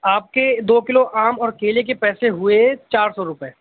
آپ کے دو کلو آم اور کیلے کے پیسے ہوئے چار سو روپے